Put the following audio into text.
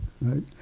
right